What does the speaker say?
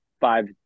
five